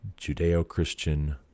Judeo-Christian